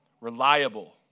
reliable